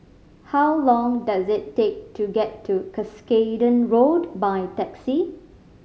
how long does it take to get to Cuscaden Road by taxi